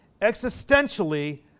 existentially